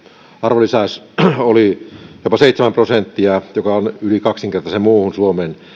arvonlisäys oli jopa seitsemän prosenttia joka on yli kaksinkertainen muuhun suomeen